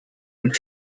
und